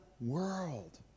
world